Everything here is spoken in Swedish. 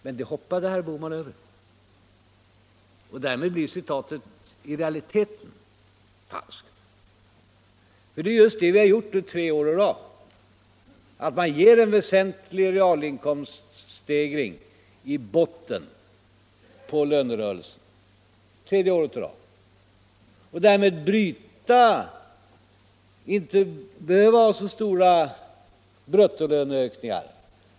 Men det hoppade herr Bohman över och därmed blir citatet i realiteten falskt. Vad vi har gjort tre år i rad är just att vi har givit en väsentlig realinkomststegring i botten på lönerörelsen. Därmed behövs det inte så stora bruttolöneökningar.